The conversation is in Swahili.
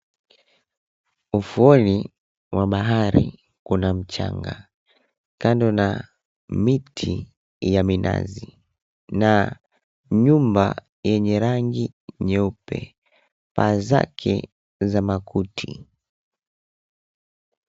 Ufuoni wa bahari kuna mchanga. Kando na miti ya minazi na nyumba yenye rangi nyeupe, paa zake za makuti.